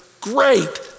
Great